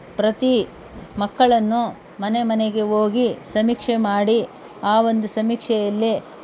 ಪ್ರತಿ ಮಕ್ಕಳನ್ನು ಮನೆ ಮನೆಗೆ ಹೋಗಿ ಸಮೀಕ್ಷೆ ಮಾಡಿ ಆ ಒಂದು ಸಮೀಕ್ಷೆಯಲ್ಲಿ